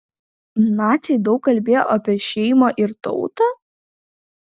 naciai daug kalbėjo apie šeimą ir tautą